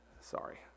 Sorry